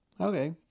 Okay